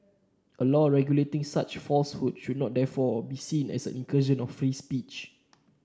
a law regulating such falsehoods should therefore not be seen as an incursion of free speech